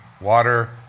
water